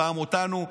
פעם אותנו,